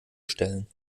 stellen